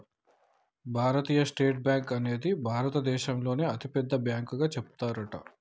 భారతీయ state bank అనేది భారత దేశంలోనే అతి పెద్ద బ్యాంకు గా చెబుతారట